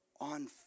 on